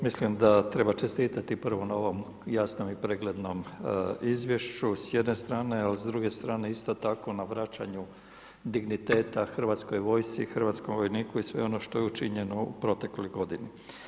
Mislim da treba čestitati na ovom jasnom i preglednom izvješću, s jedne strane, ali s druge strane isto tako na vraćanju digniteta Hrvatskoj vojsci i hrvatskom vojniku i sve ono što je učinjeno u protekloj godini.